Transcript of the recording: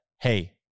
hey